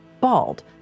bald